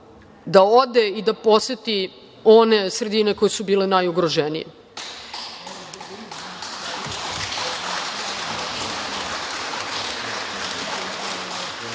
da ode i da poseti one sredine koje su bile najugroženije. Još